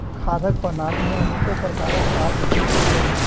खाद्य प्रणाली मे अनेको प्रकारक काज होइत छै